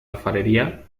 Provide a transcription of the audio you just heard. alfarería